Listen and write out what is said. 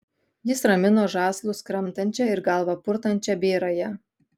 jis ramino žąslus kramtančią ir galvą purtančią bėrąją